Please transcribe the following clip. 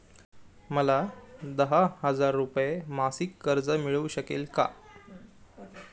मला दहा हजार रुपये मासिक कर्ज मिळू शकेल का?